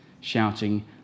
shouting